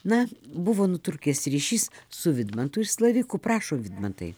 na buvo nutrūkęs ryšys su vidmantu iš slavikų prašom vidmantai